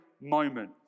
moment